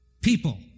People